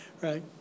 right